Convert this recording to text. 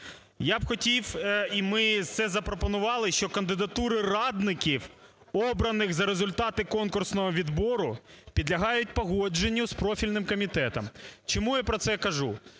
Я б хотів, і ми це запропонували, що кандидатурою радників, обраних за результатом конкурсного відбору, підлягають погодженню з профільним комітетом. Чому я про це кажу?